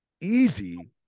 easy